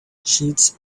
sheets